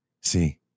See